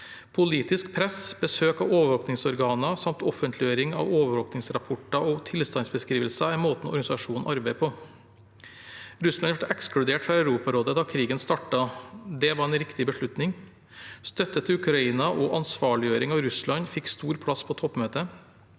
Politisk press, besøk av overvåkingsorganer samt offentliggjøring av overvåk ningsrapporter og tilstandsbeskrivelser er måten organisasjonen arbeider på. Russland ble ekskludert fra Europarådet da krigen startet. Det var en riktig beslutning. Støtte til Ukraina og ansvarliggjøring av Russland fikk stor plass på toppmøtet.